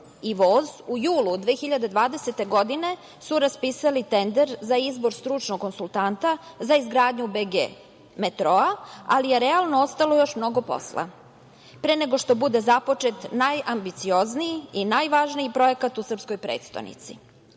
i voz“ u julu 2020. godine su raspisali tender za izbor stručnog konsultanta za izgradnju BG metroa, ali je realno ostalo još mnogo posla, pre nego što bude započet najambiciozniji i najvažniji projekat u srpskoj prestonici.